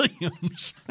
Williams